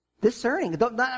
discerning